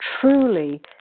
truly